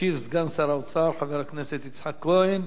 ישיב סגן שר האוצר חבר הכנסת יצחק כהן.